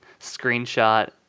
screenshot